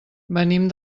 venim